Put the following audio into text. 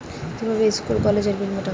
কিভাবে স্কুল কলেজের বিল মিটাব?